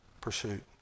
pursuit